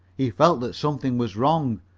he felt that something was wrong,